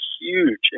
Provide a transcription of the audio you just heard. huge